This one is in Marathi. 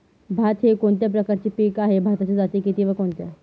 भात हे कोणत्या प्रकारचे पीक आहे? भाताच्या जाती किती व कोणत्या?